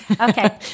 Okay